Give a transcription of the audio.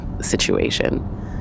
situation